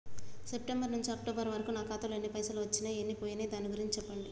September నుంచి October వరకు నా ఖాతాలో ఎన్ని పైసలు వచ్చినయ్ ఎన్ని పోయినయ్ దాని గురించి చెప్పండి?